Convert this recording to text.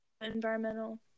environmental